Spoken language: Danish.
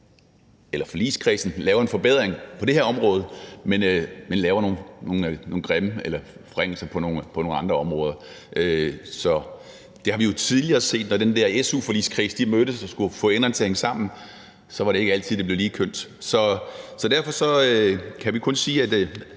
at forligskredsen laver en forbedring på det her område, mens den laver nogle forringelser på nogle andre områder. Det har vi jo tidligere set: Når den der su-forligskreds mødtes og skulle få enderne til at hænge sammen, var det ikke altid, at det blev lige kønt, så derfor kan vi kun sige, at